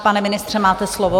Pane ministře, máte slovo.